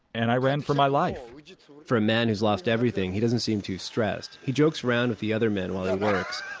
and i ran for my life for a man who's lost everything, he doesn't seem too stressed. he jokes around with the other men while he works.